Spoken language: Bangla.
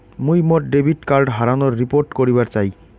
মুই মোর ডেবিট কার্ড হারানোর রিপোর্ট করিবার চাই